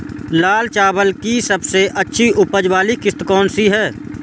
लाल चावल की सबसे अच्छी उपज वाली किश्त कौन सी है?